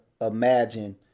imagine